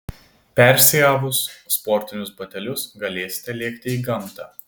persiavus sportinius batelius galėsite lėkti į gamtą